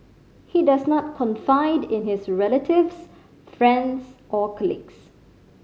he does not confide in his relatives friends or colleagues